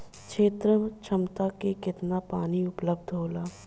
क्षेत्र क्षमता में केतना पानी उपलब्ध होला?